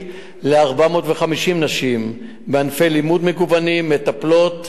ל-450 נשים בענפי לימוד מגוונים: מטפלות,